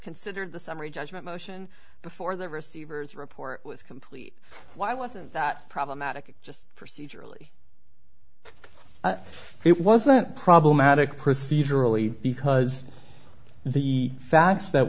considered the summary judgment motion before the receiver's report was complete why wasn't that problematic just procedurally it wasn't problematic procedurally because the facts that